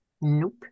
Nope